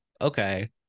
okay